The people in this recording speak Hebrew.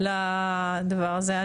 לדבר הזה.